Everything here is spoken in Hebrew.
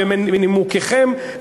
בנימוקיכם,